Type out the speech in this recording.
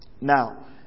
Now